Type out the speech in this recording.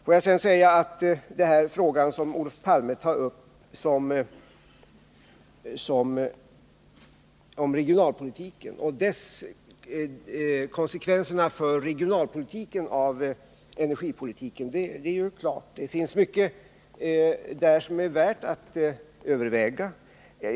Olof Palme tog upp frågan om energipolitikens konsekvenser för regionaipolitiken. Låt mig säga att det finns mycket i det sammanhanget som är värt att överväga.